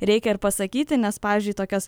reikia ir pasakyti nes pavyzdžiui tokias